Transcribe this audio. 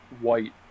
white